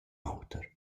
oter